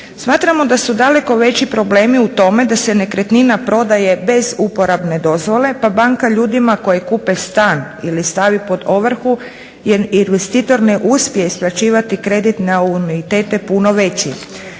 Smatramo da su daleko veći problemi u tome da se nekretnina prodaje bez uporabne dozvole pa banka ljudima koji kupe stan ili stavi pod ovrhu jer investitor ne uspije isplaćivati kredit na anuitete puno veći.